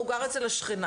הוא גר אצל השכנה.